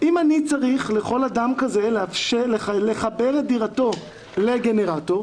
אם אני צריך לחבר את דירתו של כל אדם כזה לגנרטור,